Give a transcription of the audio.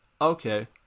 Okay